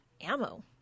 ammo